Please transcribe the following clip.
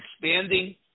expanding